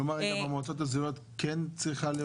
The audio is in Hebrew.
כלומר במועצות האזוריות כן צריכה להיות